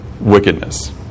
wickedness